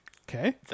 Okay